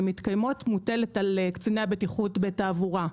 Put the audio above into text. מתקיימת מוטלת על קציני הבטיחות בתעבורה.